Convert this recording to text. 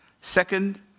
Second